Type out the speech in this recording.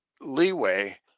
leeway